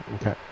Okay